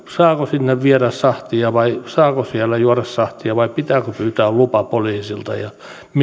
saako sinne viedä sahtia vai saako siellä juoda sahtia vai pitääkö pyytää lupa poliisilta ja